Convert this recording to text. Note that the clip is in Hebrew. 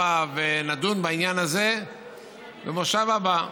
הבה ונדון בעניין הזה במושב הבא.